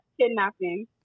kidnapping